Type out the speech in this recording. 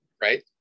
right